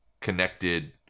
connected